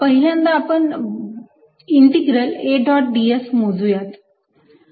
पहिल्यांदा आपण integral A dot ds मोजूयात